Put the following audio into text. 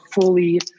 fully